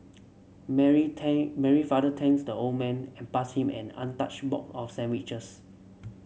Mary thank Mary father thanks the old man and passed him an untouched box of sandwiches